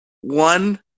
one